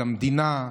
למדינה.